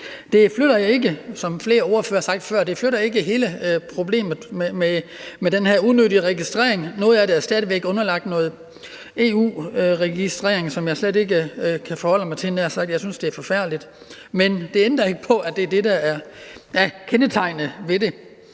sagt, flytter det ikke hele problemet med den her unødige registrering. Noget af det er stadig væk underlagt noget EU-registrering, som jeg slet ikke kan forholde mig til, havde jeg nær sagt – jeg synes, det er forfærdeligt. Men det ændrer ikke på, at det er det, der er kendetegnende ved det.